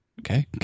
Okay